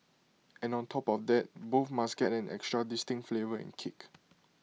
and on top of that both must get an extra distinct flavour and kick